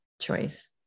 choice